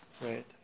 right